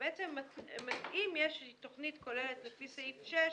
אם יש תכנית כוללת לפי סעיף (ב)(6),